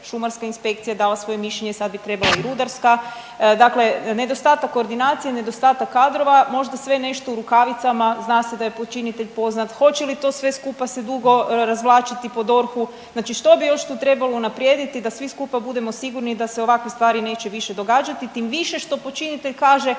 šumarska inspekcija je dala svoje mišljenje, sad bi trebala i rudarska, dakle nedostatak koordinacije, nedostatak kadrova, možda sve nešto u rukavicama, zna se da je počinitelj poznat, hoće li to sve skupa se dugo razvlačiti po DORH-u, znači što bi još tu trebalo unaprijediti da svi skupa budemo sigurni da se ovakve stvari neće više događati, tim više što počinitelj kaže,